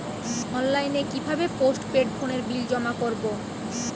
অনলাইনে কি ভাবে পোস্টপেড ফোনের বিল জমা করব?